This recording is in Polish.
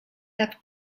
tak